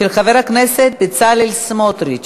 של חבר הכנסת בצלאל סמוטריץ